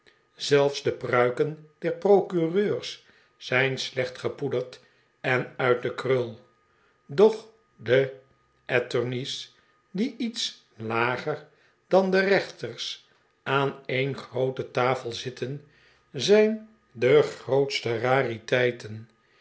zelfs de pruiken der procureurs zijn slecht gepoederd en uit de krul doch de attorneys die iets lager dan de rechters aan een groote tafel zitten zijn de grootste rariteiten